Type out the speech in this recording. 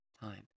time